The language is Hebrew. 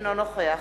אינו נוכח